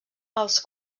els